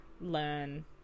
learn